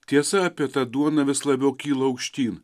tiesa apie tą duoną vis labiau kyla aukštyn